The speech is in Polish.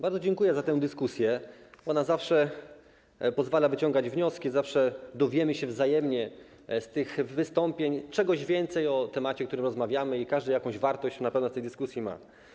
Bardzo dziękuję za tę dyskusję, ona zawsze pozwala wyciągać wnioski, dowiemy się wzajemnie z tych wystąpień czegoś więcej o temacie, o którym rozmawiamy, i każdy jakąś wartość na pewno z tej dyskusji ma.